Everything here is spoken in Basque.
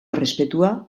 errespetua